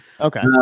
Okay